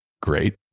great